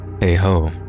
hey-ho